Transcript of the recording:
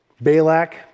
Balak